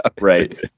right